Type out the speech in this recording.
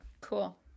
Cool